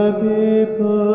people